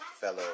fellow